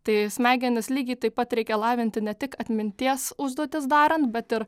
tai smegenis lygiai taip pat reikia lavinti ne tik atminties užduotis darant bet ir